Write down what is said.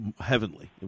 heavenly